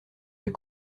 les